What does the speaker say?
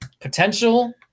potential